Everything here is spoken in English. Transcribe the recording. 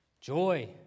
joy